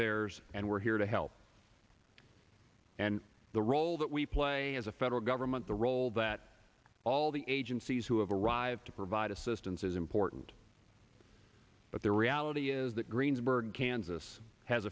theirs and we're here to help and the role that we play as a federal government the role that all the agencies who have arrived to provide assistance is important but the reality is that greensburg kansas has